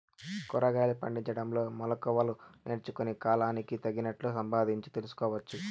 కూరగాయలు పండించడంలో మెళకువలు నేర్చుకుని, కాలానికి తగినట్లు సంపాదించు తెలుసుకోవచ్చు